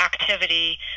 activity